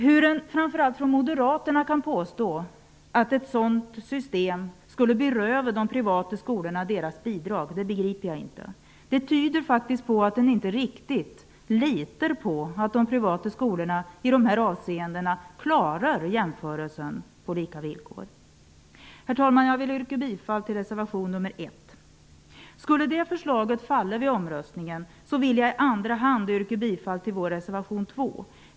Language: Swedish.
Hur man framför allt från Moderaterna kan påstå att ett sådant system skulle beröva de privata skolorna deras bidrag, det begriper jag inte. Det tyder faktiskt på att man inte riktigt litar på att de privata skolorna i de här avseendena klarar att jämföras på lika villkor. Herr talman! Jag vill yrka bifall till reservation nr 1. Skulle det förslaget falla vid omröstningen vill jag i andra hand yrka bifall till vår reservation nr 2.